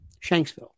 Shanksville